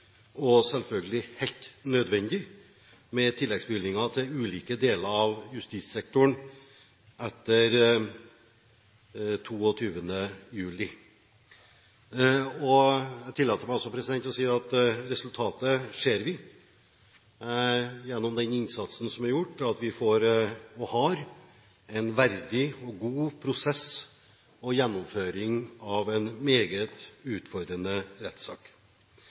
og selvfølgelig helt nødvendig – med tilleggsbevilgninger til ulike deler av justissektoren etter 22. juli. Jeg tillater meg også å si at resultatet ser vi gjennom den innsatsen som er gjort – og at vi har en verdig og god prosess i gjennomføringen av en meget utfordrende rettssak.